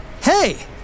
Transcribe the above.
Hey